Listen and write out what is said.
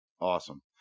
Awesome